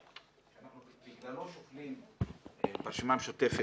סעיף שבגללו אנחנו שוקלים להתנגד ברשימה המשותפת,